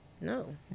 No